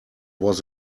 was